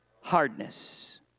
Hardness